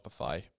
shopify